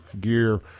gear